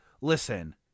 listen